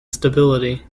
stability